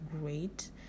great